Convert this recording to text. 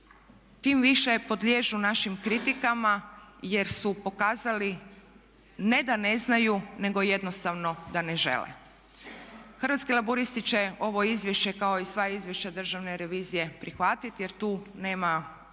tim više podliježu našim kritikama jer su pokazali ne da ne znaju, nego jednostavno da ne žele. Hrvatski laburisti će ovo izvješće kao i sva izvješća Državne revizije prihvatiti jer tu nema